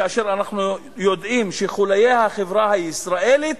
כאשר אנחנו יודעים שחוליי החברה הישראלית,